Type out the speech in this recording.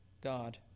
God